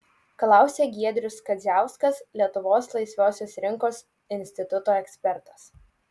klausia giedrius kadziauskas lietuvos laisvosios rinkos instituto ekspertas